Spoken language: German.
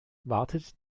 wartet